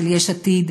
של יש עתיד,